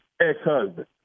ex-husband